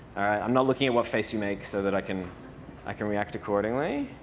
i'm not looking at what face you make so that i can i can react accordingly.